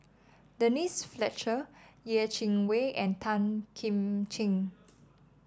Denise Fletcher Yeh Chi Wei and Tan Kim Ching